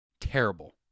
Terrible